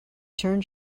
turned